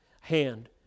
Hand